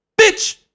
bitch